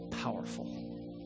powerful